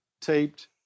taped